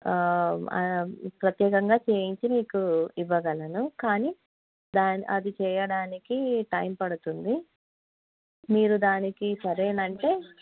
ప్రత్యేకంగా చేయించి మీకు ఇవ్వగలను కానీ దాన్ అది చేయడానికి టైం పడుతుంది మీరు దానికి సరేనంటే